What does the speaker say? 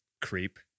Creep